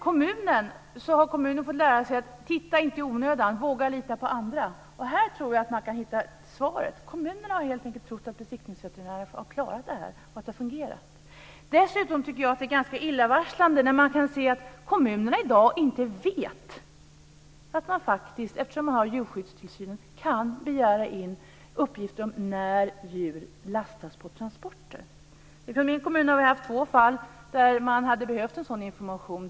Kommunerna har fått lära sig att inte titta efter i onödan och att våga lita på andra. Här tror jag att man kan hitta svaret. Kommunerna har helt enkelt trott att besiktningsveterinärerna har klarat det här och att det har fungerat. Dessutom tycker jag att det är ganska illavarslande att kommunerna i dag inte vet att de kan begära in uppgifter om när djur lastas på transporter eftersom de har ansvar för djurskyddstillsynen. I min kommun har det förekommit två fall där det hade behövts en sådan information.